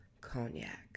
cognac